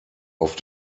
auf